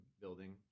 building